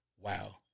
wow